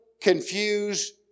confuse